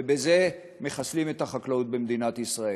ובזה מחסלים את החקלאות במדינת ישראל.